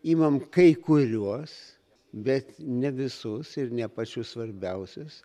imam kai kuriuos bet ne visus ir ne pačius svarbiausius